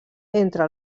entre